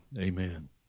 amen